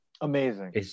Amazing